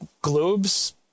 globes